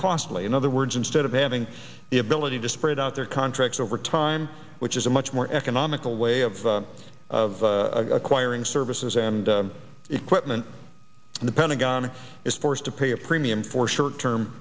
costly in other words instead of having the ability to spread out their contracts over time which is a much more economical way of of acquiring services and equipment and the pentagon is forced to pay a premium for short term